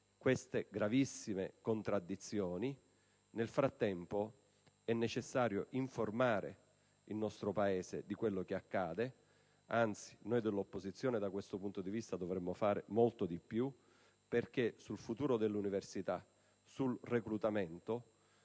queste gravissime contraddizioni. Nel frattempo, è necessario informare il nostro Paese di quello che accade. Anzi, noi dell'opposizione, da questo punto di vista, dovremmo fare molto di più, perché sul futuro dell'università e sul reclutamento